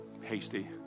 hasty